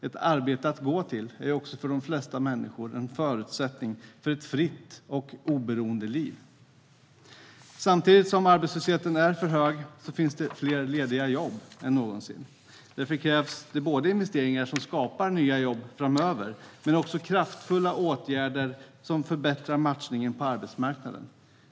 Ett arbete att gå till är också för de flesta människor en förutsättning för ett fritt och oberoende liv. Samtidigt som arbetslösheten är för hög finns det fler lediga jobb än någonsin. Därför krävs det inte bara investeringar som skapar nya jobb framöver utan också kraftfulla åtgärder som förbättrar matchningen på arbetsmarknaden.